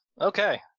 Okay